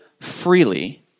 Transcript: freely